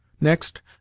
Next